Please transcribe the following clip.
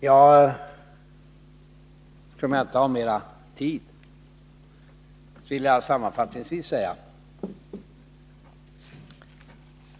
Jag tror mig inte har mer tid till förfogande, och därför vill jag sammanfattningsvis säga följande.